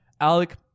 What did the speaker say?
Alec